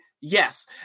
Yes